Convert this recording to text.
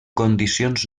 condicions